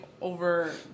Over